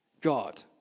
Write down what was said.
God